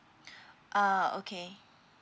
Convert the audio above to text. uh okay